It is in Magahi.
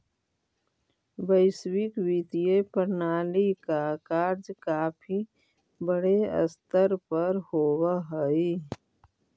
वैश्विक वित्तीय प्रणाली का कार्य काफी बड़े स्तर पर होवअ हई